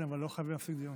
כן, אבל לא חייב להפסיק דיון.